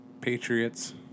Patriots